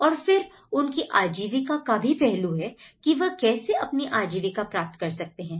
और फिर उनकी आजीविका का भी पहलू है कि वह कैसे अपनी आजीविका प्राप्त कर सकते हैं